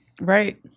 Right